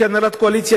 כהנהלת קואליציה,